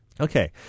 Okay